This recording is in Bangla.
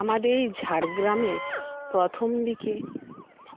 আমাদের ঝাড়গ্রামে প্রথমদিকে